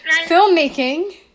filmmaking